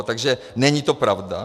Takže není to pravda.